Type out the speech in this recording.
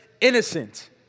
innocent